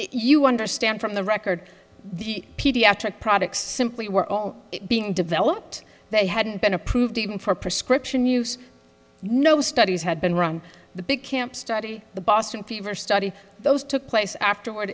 you understand from the record the pediatric products simply were all being developed they hadn't been approved for prescription use no studies had been wrong the big camp study the boston fever study those took place afterward